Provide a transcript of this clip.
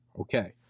Okay